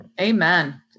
Amen